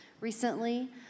recently